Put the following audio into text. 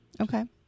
Okay